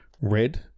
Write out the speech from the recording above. red